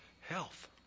health